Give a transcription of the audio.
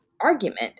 argument